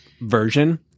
version